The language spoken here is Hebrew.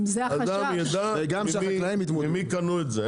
אדם יידע ממי קנו את זה.